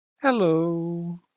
Hello